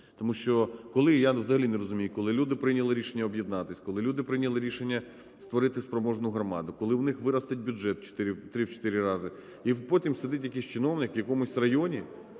Тому що, коли… Я взагалі не розумію, коли люди прийняли рішення об'єднатися, коли люди прийняли рішення створити спроможну громаду, коли у них виросте бюджет в 3-4 рази, і потім сидить якийсь чиновник в якомусь районі